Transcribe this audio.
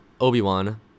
obi-wan